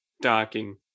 docking